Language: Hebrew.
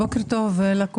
בוקר טוב לכולם,